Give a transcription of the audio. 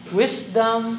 wisdom